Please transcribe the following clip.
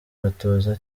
batoza